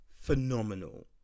phenomenal